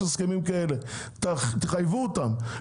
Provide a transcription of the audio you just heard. יש הסכמים כאלה; תחייבו אותם.